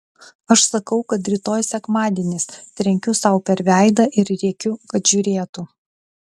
aš sakau kad rytoj sekmadienis trenkiu sau per veidą ir rėkiu kad žiūrėtų